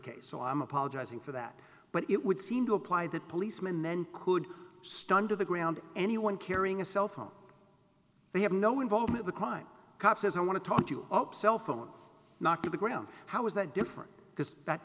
case so i'm apologizing for that but it would seem to apply that policemen men could stand to the ground anyone carrying a cell phone they have no involvement the crime cop says i want to talk you up cell phone not to the ground how is that different because that